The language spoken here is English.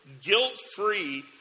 guilt-free